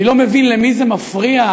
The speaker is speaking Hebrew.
אני לא מבין למי זה מפריע,